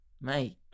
Mate